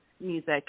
music